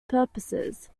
purposes